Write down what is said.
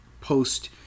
post